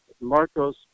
Marcos